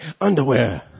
underwear